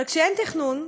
אבל כשאין תכנון,